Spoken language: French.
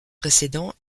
précédents